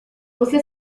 você